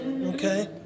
Okay